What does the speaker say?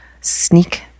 sneak